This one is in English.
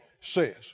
says